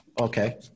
Okay